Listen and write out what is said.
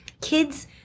kids